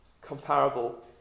comparable